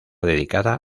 dedicada